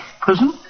Prison